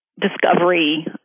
discovery